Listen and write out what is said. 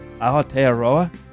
Aotearoa